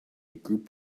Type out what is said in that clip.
group